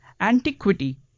antiquity